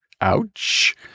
Ouch